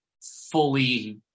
fully